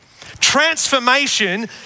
Transformation